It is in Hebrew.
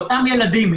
לאותם ילדים,